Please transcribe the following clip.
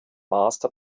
master